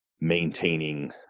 Maintaining